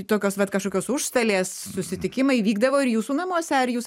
tokios vat kažkokios užstalės susitikimai vykdavo ir jūsų namuose ar jūs